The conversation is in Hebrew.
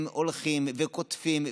הם הולכים וקוטפים,